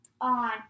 on